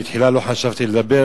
בתחילה לא חשבתי לדבר,